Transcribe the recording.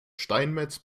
steinmetz